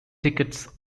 tickets